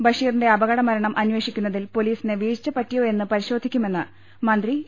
ബഷീറിന്റെ അപകട മരണം അന്വേഷിക്കുന്നതിൽ പൊലീസിന് വീഴ്ച പറ്റിയോ എന്ന് പരിശോധിക്കുമെന്ന് മന്ത്രി എ